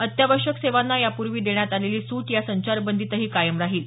अत्यावश्यक सेवांना यापूर्वी देण्यात आलेली सूट या संचारबंदीतही कायम राहील